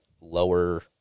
lower